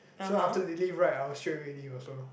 so after they leave right I will straight away leave also